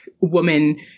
woman